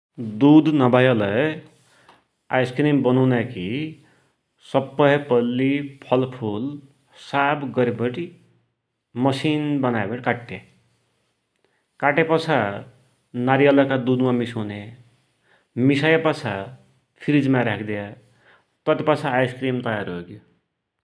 दुध नभयालै आइसक्रिम बनुनाकी सप्पै पैल्ली फलफुल साप गरिबठे मसिन गरिबटे काट्या, काट्यापाछा नारियलका दुधमाइ मिसुन्या, मिसयापाछा फ्रीज माइ राख्दया, ततिपाछा आइसक्रिम तयार होइग्यो ।